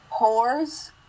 Whores